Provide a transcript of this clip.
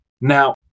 Now